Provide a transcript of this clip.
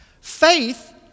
Faith